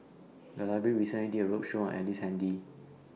The Library recently did A roadshow on Ellice Handy